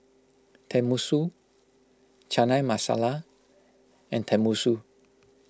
Tenmusu Chana Masala and Tenmusu